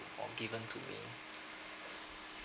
or given to me